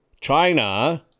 China